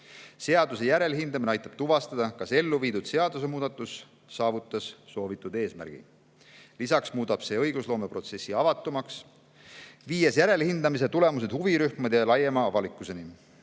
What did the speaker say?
Seaduse järelhindamine aitab tuvastada, kas ellu viidud seadusemuudatus saavutas soovitud eesmärgi. Lisaks muudab see õigusloome protsessi avatumaks, viies järelhindamise tulemused huvirühmade ja laiema avalikkuseni.